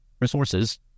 resources